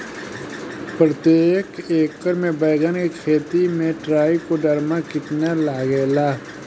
प्रतेक एकर मे बैगन के खेती मे ट्राईकोद्रमा कितना लागेला?